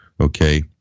Okay